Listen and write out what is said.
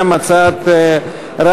גם הצעת חד"ש,